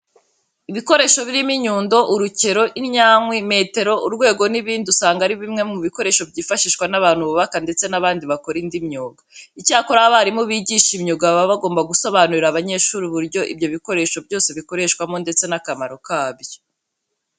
Ibikoresho birimo inyundo, urukero, indyankwi, metero, urwego n'ibindi usanga ari bimwe mu bikoresho byifashishwa n'abantu bubaka ndetse n'abandi bakora indi myuga. Icyakora abarimu bigisha imyuga baba bagomba gusobanurira abanyeshuri uburyo ibyo bikoresho byose bikoreshwamo ndetse n'akamaro kabyo.